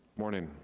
morning,